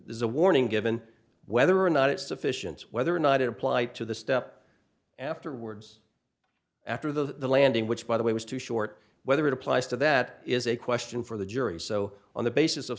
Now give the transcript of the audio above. there's a warning given whether or not it's sufficient whether or not it applied to the step afterwards after the landing which by the way was too short whether it applies to that is a question for the jury so on the basis of